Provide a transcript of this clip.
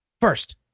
First